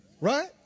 Right